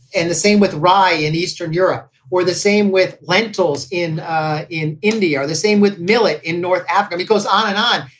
and the same with rye in eastern europe or the same with lentils in in india, the same with millet in north africa. it goes on and on.